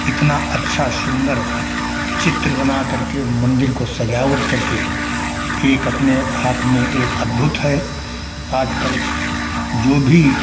इतना अच्छा सुन्दर चित्र बनाकर के और मन्दिर को सजावट करके एक अपने आप में एक अद्भुत है आज कल जो भी